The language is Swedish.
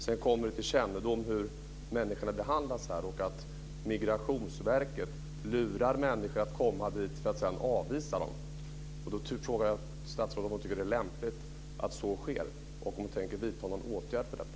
Sedan har det blivit känt hur människor behandlas här. Migrationsverket lurar människor att komma dit för att sedan avvisa dem. Då vill jag fråga statsrådet om hon tycker att det är lämpligt att så sker och om hon tänker vidta någon åtgärd mot detta.